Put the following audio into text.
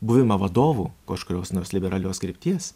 buvimą vadovu kažkurios nors liberalios krypties